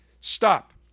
stop